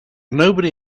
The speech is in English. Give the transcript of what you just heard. nobody